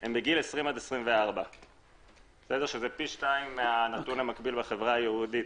הם בגיל 20 עד 24. זה פי 2 מהנתון המקביל בחברה היהודית.